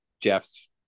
Jeff's